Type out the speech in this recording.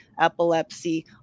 epilepsy